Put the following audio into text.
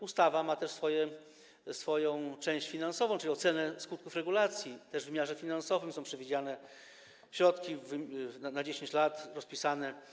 Ustawa ma też swoją część finansową, czyli ocenę skutków regulacji, w wymiarze finansowym są przewidziane środki, na 10 lat są rozpisane.